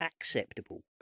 acceptable